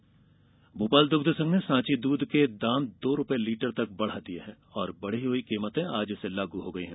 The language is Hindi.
सांची दूध दामवृद्धि भोपाल दुग्ध संघ ने सांची दूध के दाम दो रुपए लीटर तक बढ़ा दिए हैं और बढ़ी हुई कीमतें आज से लागू हों गई हैं